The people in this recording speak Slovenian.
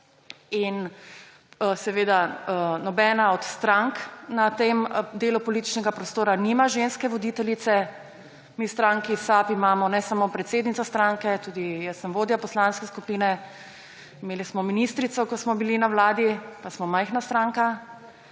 in seveda nobena od strank na tem delu političnega prostora nima ženske voditeljice. Mi v stranki SAB nimamo samo predsednice stranke, tudi jaz sem vodja poslanske skupine, imeli smo ministrico, ko smo bili na vladi, pa smo majhna stranka.